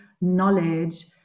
knowledge